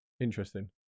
Interesting